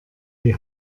die